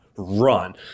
run